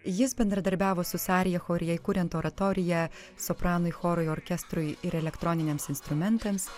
jis bendradarbiavo su sarijacho ir jai kuriant oratoriją sopranui chorui orkestrui ir elektroniniams instrumentams